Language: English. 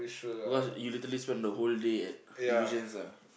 because you literally spend the whole day at Illusions ah